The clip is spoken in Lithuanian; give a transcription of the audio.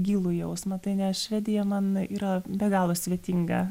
gilų jausmą tai ne švedija man yra be galo svetinga